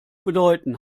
bedeuten